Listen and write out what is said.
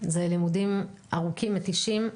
אלה לימודים ארוכים ומתישים.